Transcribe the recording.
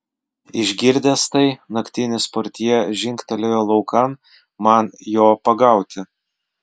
išgirdęs tai naktinis portjė žingtelėjo laukan man jo pagauti